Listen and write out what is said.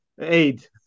eight